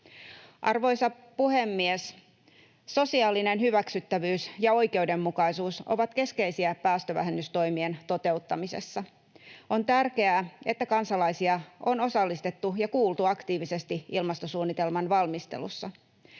Arvoisa puhemies! Sosiaalinen hyväksyttävyys ja oikeudenmukaisuus ovat keskeisiä päästövähennystoimien toteuttamisessa. On tärkeää, että kansalaisia on osallistettu ja kuultu aktiivisesti ilmastosuunnitelman valmistelussa.